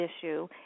issue